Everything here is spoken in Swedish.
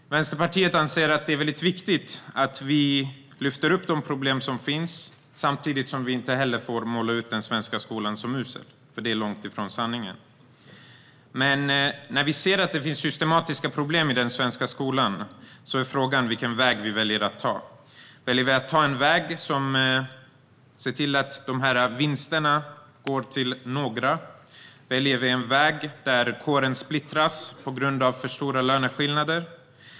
Vänsterpartiet anser att det är väldigt viktigt att vi lyfter upp de problem som finns. Samtidigt får vi inte måla ut den svenska skolan som usel, för det är långt ifrån sanningen. När vi ser att det finns systematiska problem i den svenska skolan är frågan vilken väg vi väljer att ta. Väljer vi att ta en väg där vi ser till att vinsterna går till några? Väljer vi en väg där kåren splittras på grund av för stora löneskillnader?